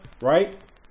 right